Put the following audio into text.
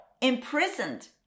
imprisoned